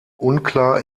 unklar